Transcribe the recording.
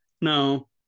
no